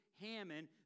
Hammond